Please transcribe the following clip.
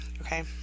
okay